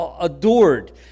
adored